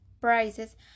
prices